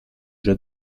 già